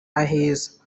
aheza